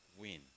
win